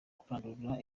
kurandura